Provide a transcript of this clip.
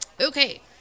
Okay